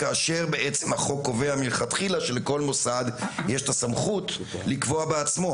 כאשר החוק קובע מלכתחילה שלכל מוסד יש את הסמכות לקבוע בעצמו.